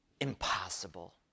Impossible